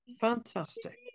Fantastic